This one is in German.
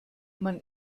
man